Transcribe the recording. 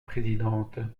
présidente